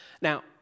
Now